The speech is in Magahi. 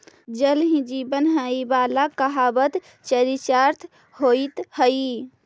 जल ही जीवन हई वाला कहावत चरितार्थ होइत हई